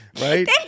right